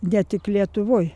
ne tik lietuvoj